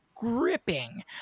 Gripping